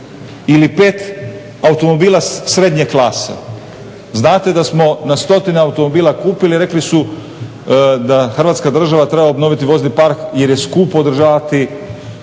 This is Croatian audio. ili pet automobila srednje klase. Znate da smo na stotine automobila kupili i rekli su da Hrvatska država treba obnoviti vozni park jer je skupo održavati